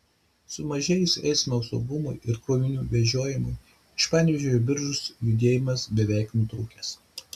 sumažėjus eismo saugumui ir krovinių vežiojimui iš panevėžio į biržus judėjimas beveik nutrūkęs